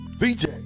VJ